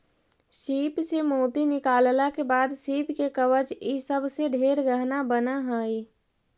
सीप से मोती निकालला के बाद सीप के कवच ई सब से ढेर गहना बन हई